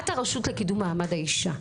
את הרשות לקידום מעמד האישה.